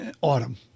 autumn